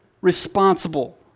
responsible